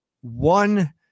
one